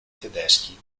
tedeschi